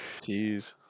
Jeez